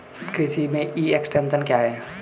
कृषि में e extension क्या है?